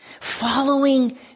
Following